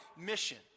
mission